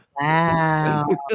Wow